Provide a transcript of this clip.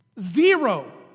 Zero